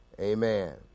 Amen